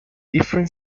different